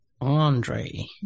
Andre